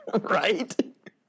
right